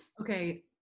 Okay